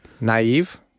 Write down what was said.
naive